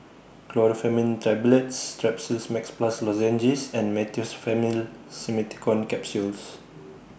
Chlorpheniramine Tablets Strepsils Max Plus Lozenges and Meteospasmyl Simeticone Capsules